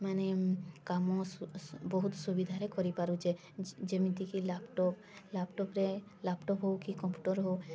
ମାନେ କାମ ବହୁତ ସୁବିଧାରେ କରିପାରୁଛେ ଯେମିତିକି ଲାପଟପ ଲାପଟପରେ ଲାପଟପ ହଉ କି କମ୍ପ୍ୟୁଟର ହଉ